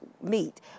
meet